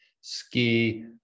ski